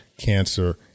cancer